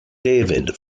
david